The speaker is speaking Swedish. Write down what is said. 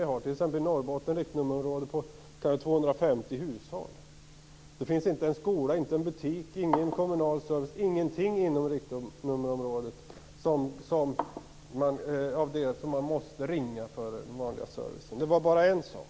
I Norrbotten kan ett riktnummerområde bestå av 250 hushåll. Det finns kanske inte en skola, inte en butik och ingen kommunal service inom samma riktnummerområde som man bor i. Det var bara en sak.